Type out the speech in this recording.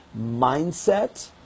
Mindset